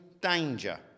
danger